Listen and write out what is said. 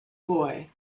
boy